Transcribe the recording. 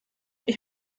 ich